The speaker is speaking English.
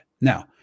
Now